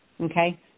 okay